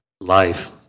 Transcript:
life